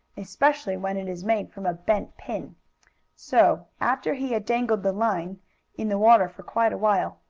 especially when it is made from a bent pin so, after he had dangled the line in the water for quite a while,